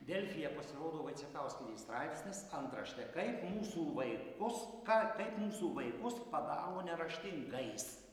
delfyje pasirodo vaicekauskienės straipsnis antrašte kaip mūsų vaikus ką kaip mūsų vaikus padaro neraštingais